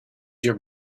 your